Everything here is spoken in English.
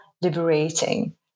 liberating